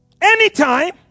anytime